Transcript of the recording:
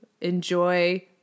enjoy